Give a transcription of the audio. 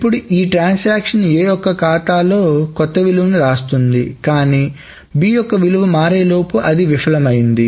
ఇప్పుడు ఈ transaction A యొక్క ఖాతాలో కొత్త విలువను రాస్తుంది కానీ B యొక్క విలువ మారే లోపు అది విఫలమైంది